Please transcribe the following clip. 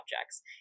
objects